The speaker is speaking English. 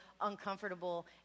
uncomfortable